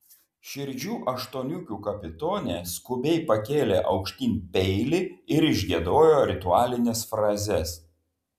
širdžių aštuoniukių kapitonė skubiai pakėlė aukštyn peilį ir išgiedojo ritualines frazes